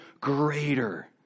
greater